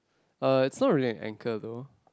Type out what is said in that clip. uh it's not really an anchor though